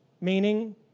meaning